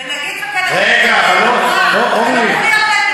ונגיד, רגע, אורלי.